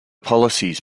policies